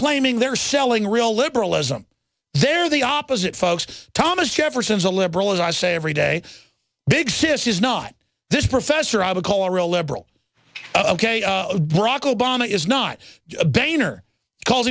claiming they're selling real liberalism they're the opposite folks thomas jefferson is a liberal as i say every day big sis is not this professor i would call a real liberal ok brock obama is not a banner calls